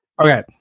Okay